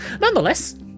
Nonetheless